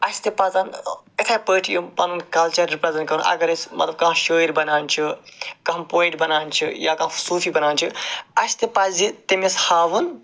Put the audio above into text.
اَسہِ تہِ پَزَن یِتھَے پٲٹھۍ یِم پَنُن کَلچَر رِپرٛٮ۪زٮ۪نٛٹ کَرُن اگر أسۍ مطلب کانٛہہ شٲعِر بنان چھِ کانٛہہ پایِٹ بنان چھِ یا کانٛہہ صوٗفی بنان چھِ اَسہِ تہِ پَزِ تٔمِس ہاوُن